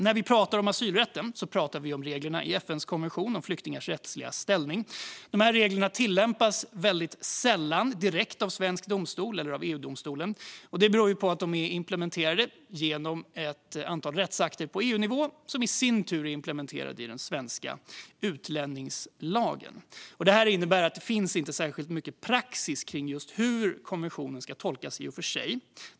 När vi pratar om asylrätten pratar vi om reglerna i FN:s konvention om flyktingars rättsliga ställning. Dessa regler tillämpas sällan direkt av svensk domstol eller EU-domstolen. Det beror på att de är implementerade genom ett antal rättsakter på EU-nivå, som i sin tur är implementerade i den svenska utlänningslagen. Det innebär att det i och för sig inte finns särskilt mycket praxis kring just hur konventionen ska tolkas.